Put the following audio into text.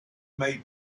may